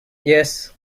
yes